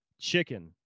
chicken